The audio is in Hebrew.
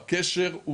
הקשר,